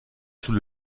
sous